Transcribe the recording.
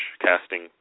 casting